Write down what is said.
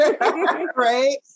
right